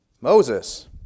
Moses